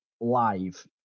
live